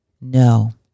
No